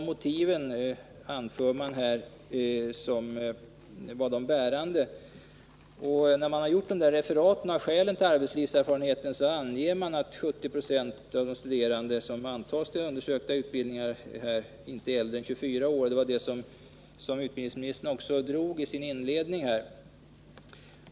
Efter propositionens referat av skälen till att arbetslivserfarenheten infördes anges att 70 20 av de studerande som antas till de undersökta utbildningslinjerna inte är äldre än 24 år. Detta angav också utbildningsministern i sin inledning.